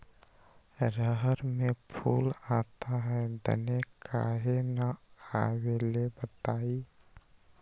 रहर मे फूल आता हैं दने काहे न आबेले बताई?